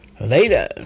later